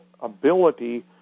ability